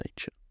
nature